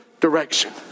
direction